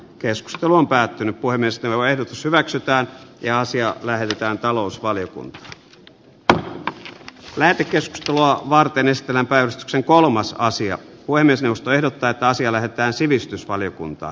keskustelu on päättynyt puhemieskaavaehdotus hyväksytään ja asia lähetetään talousvaliokuntaan turha lähetekeskustelua varten ystävänpäivä sen kolmas asia kuin ne sinusta ehdottaa että asia lähettää sivistysvaliokuntaa